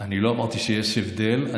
לא אמרתי שיש הבדל.